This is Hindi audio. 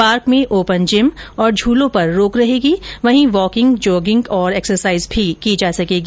पार्क में ओपन जिम और झूलों पर रोक रहेगी वहीं वॉकिंग जोगिंग और एक्सरसाईज की जा सकेगी